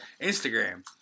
Instagram